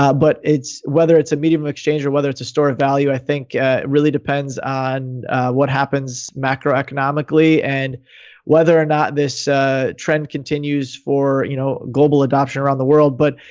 but it's whether it's a medium of exchange or whether it's a store of value, i think it really depends on what happens macro economically and whether or not this trend continues for, you know, global adoption around the world. but,